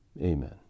Amen